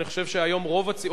אני חושב שהיום רוב הציבור,